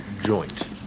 joint